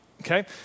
okay